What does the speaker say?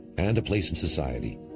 and a place in society.